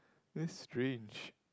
that's strange